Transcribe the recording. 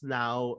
now